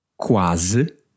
quase